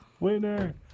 Winner